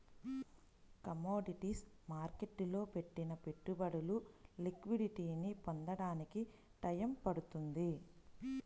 commodities మార్కెట్టులో పెట్టిన పెట్టుబడులు లిక్విడిటీని పొందడానికి టైయ్యం పడుతుంది